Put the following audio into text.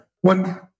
One